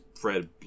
Fred